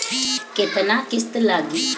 केतना किस्त लागी?